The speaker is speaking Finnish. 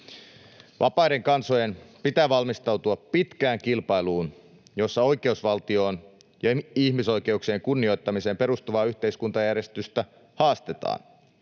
Vapaiden kansojen pitää valmistautua pitkään kilpailuun, jossa oikeusvaltioon ja ihmisoikeuksien kunnioittamiseen perustuvaa yhteiskuntajärjestystä haastetaan.